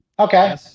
Okay